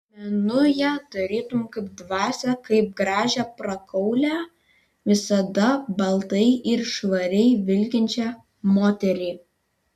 menu ją tarytum kaip dvasią kaip gražią prakaulią visada baltai ir švariai vilkinčią moterį